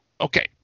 okay